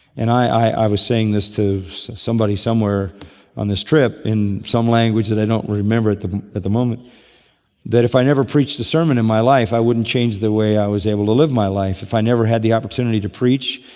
and i i was saying this to somebody somewhere on this trip in some language that i don't remember at the at the moment that if i never preached a sermon in my life, i wouldn't change the way i was able to live my life. if i never had the opportunity to preach,